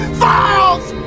files